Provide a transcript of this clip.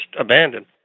abandoned